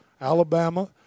Alabama